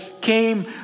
came